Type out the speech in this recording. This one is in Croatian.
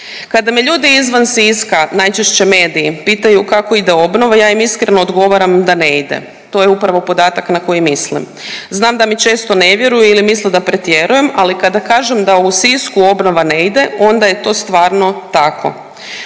Kada me ljudi izvan Siska najčešće mediji pitaju kako ide obnova ja im iskreno odgovaram da ne ide. To je upravo podatak na koji mislim. Znam da mi često ne vjeruju ili misle da pretjerujem, ali kada kažem da u Sisku obnova ne ide onda je to stvarno tako.